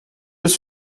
ist